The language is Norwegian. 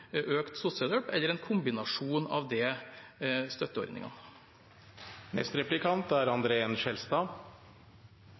økt sosialhjelp eller en kombinasjon av de støtteordningene. Det er